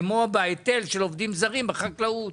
כמו בהיטל של עובדים זרים בחקלאות.